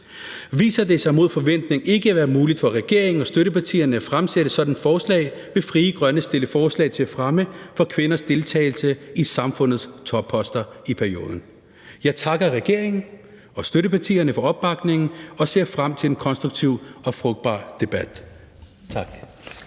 Viser det sig mod forventning ikke at være muligt for regeringen og støttepartierne at fremsætte sådan et forslag, vil Frie Grønne fremsætte forslag om fremme af kvinders deltagelse på samfundets topposter i perioden. Jeg takker regeringen og støttepartierne for opbakningen og ser frem til den konstruktive og frugtbare debat.